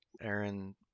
Aaron